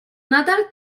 nadal